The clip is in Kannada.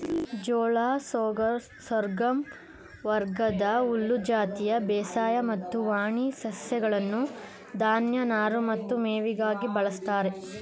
ಜೋಳ ಸೋರ್ಗಮ್ ವರ್ಗದ ಹುಲ್ಲು ಜಾತಿಯ ಬೇಸಾಯ ಮತ್ತು ವಾಣಿ ಸಸ್ಯಗಳನ್ನು ಧಾನ್ಯ ನಾರು ಮತ್ತು ಮೇವಿಗಾಗಿ ಬಳಸ್ತಾರೆ